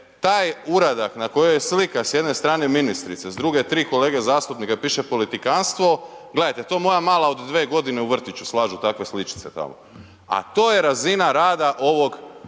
taj uradak na kojoj je slika s jedne strane ministrice s druge tri kolege zastupnika i piše politikanstvo, gledajte to moja mala u vrtiću slažu takve sličice tamo, a to je razina rada ove